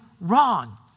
wrong